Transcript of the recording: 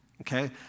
Okay